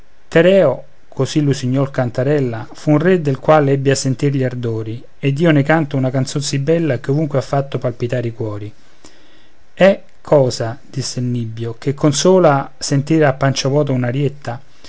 tereo così l'usignol cantarella fu un re del qual ebbi a sentir gli ardori ed io ne canto una canzon sì bella che ovunque ha fatto palpitare i cuori è cosa disse il nibbio che consola sentir a pancia vuota